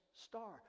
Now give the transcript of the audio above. star